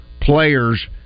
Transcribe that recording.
Players